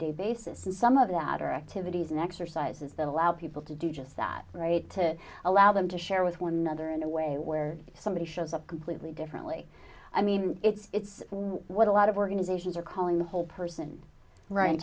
day basis and some of that are activities and exercises that allow people to do just that right to allow them to share with one another in a way where somebody shows up completely differently i mean it's it's what a lot of organizations are calling the whole person r